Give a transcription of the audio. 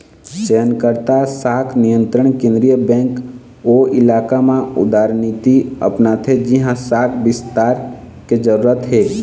चयनात्मक शाख नियंत्रन केंद्रीय बेंक ओ इलाका म उदारनीति अपनाथे जिहाँ शाख बिस्तार के जरूरत हे